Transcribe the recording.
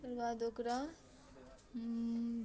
ओकर बाद ओकरा